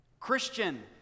Christian